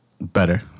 better